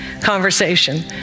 conversation